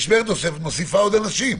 משמרת נוספת מוסיפה עוד אנשים.